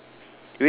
ya